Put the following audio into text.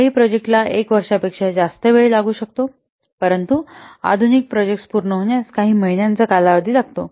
काही प्रोजेक्टांना 1 वर्षापेक्षा जास्त वेळ लागू शकतो परंतु आधुनिक प्रोजेक्ट्स पूर्ण होण्यास काही महिन्यांचा कालावधी लागतो